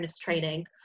training